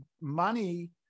money